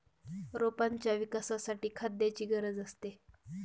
रोपांच्या विकासासाठी खाद्याची गरज असते